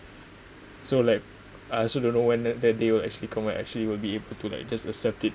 so like I also don't know when that that day will actually come will actually will be able to like just accept it